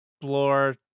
explore